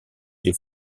est